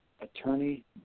attorney